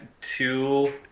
two